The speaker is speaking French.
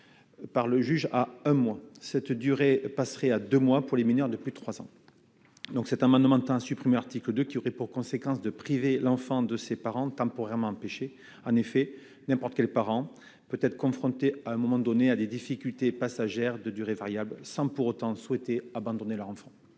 par le juge a un mois, cette durée passerait à 2 mois pour les mineurs de plus de 3 ans donc cet amendement tend à supprimer l'article 2 qui aurait pour conséquence de priver l'enfant de ses parents temporairement empêchées, en effet, n'importe quel parent peut-être confronté à un moment donné à des difficultés passagères de durée variable sans pour autant souhaiter abandonner leur enfant.